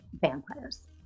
vampires